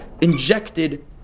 injected